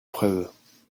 preuves